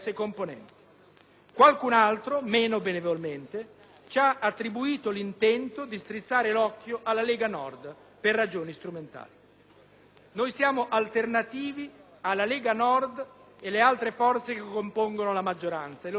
Qualcun altro, meno benevolmente, ci ha attribuito l'intento di strizzare l'occhio alla Lega Nord per ragioni strumentali. Siamo alternativi alla Lega Nord e alle altre forze che compongono la maggioranza e lo dimostrano